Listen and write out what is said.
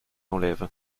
enlève